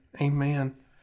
Amen